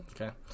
Okay